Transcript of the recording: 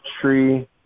tree